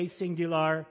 singular